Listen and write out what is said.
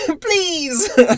Please